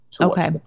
okay